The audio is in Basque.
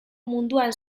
munduan